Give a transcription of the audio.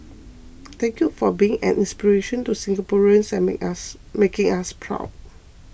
thank you for being an inspiration to Singaporeans and make us making us proud